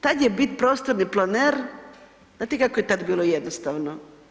Tad je bit prostorni planer, znate kako je tad bilo jednostavno?